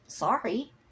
Sorry